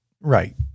Right